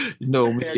No